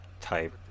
type